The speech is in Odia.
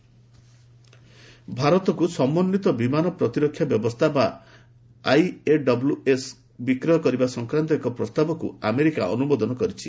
ୟୁଏସ୍ ଇଣ୍ଡିଆ ଭାରତକୁ ସମନ୍ୱିତ ବିମାନ ପ୍ରତିରକ୍ଷା ବ୍ୟବସ୍ଥା ବା ଆଇଏଡିଡବ୍ଲ୍ୟୁଏସ୍ ବିକ୍ରୟ କରିବା ସଂକ୍ରାନ୍ତ ଏକ ପ୍ରସ୍ତାବକୁ ଆମେରିକା ଅନୁମୋଦନ କରିଛି